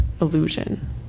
illusion